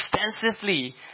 extensively